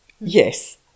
Yes